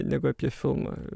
negu apie filmą